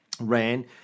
ran